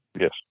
yes